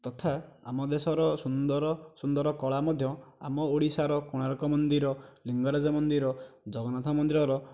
ତଥା ଆମ ଦେଶର ସୁନ୍ଦର ସୁନ୍ଦର କଳା ମଧ୍ୟ ଆମ ଓଡ଼ିଶାର କୋଣାର୍କ ମନ୍ଦିର ଲିଙ୍ଗରାଜ ମନ୍ଦିର ଜଗନ୍ନାଥ ମନ୍ଦିରର